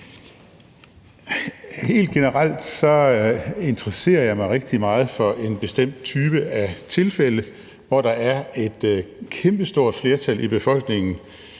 Helt generelt interesserer jeg mig rigtig meget for en bestemt type af tilfælde, hvor der er et kæmpestort flertal i befolkningen,